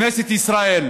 כנסת ישראל